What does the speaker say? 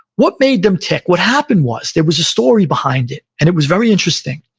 what made them tick? what happened was, there was a story behind it, and it was very interesting.